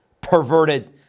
perverted